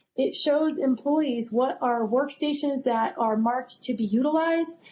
it shows employees what are work stations that are marked to be utilized.